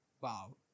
wow